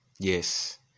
Yes